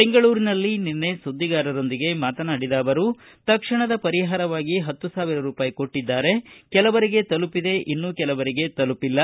ಬೆಂಗಳೂರಿನಲ್ಲಿ ನಿನ್ನೆ ಸುದ್ವಿಗಾರರೊಂದಿಗೆ ಮಾತನಾಡಿದ ಅವರು ತಕ್ಷಣದ ಪರಿಹಾರವಾಗಿ ಹತ್ತು ಸಾವಿರ ಕೊಟ್ಟಿದ್ದಾರೆ ಕೆಲವರಿಗೆ ತಲುಪಿದೆ ಇನ್ನೂ ಕೆಲವರಿಗೆ ತಲುಪಿಲ್ಲ